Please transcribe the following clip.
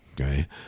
Okay